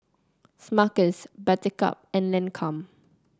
Smuckers Buttercup and Lancome